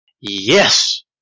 yes